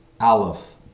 Aleph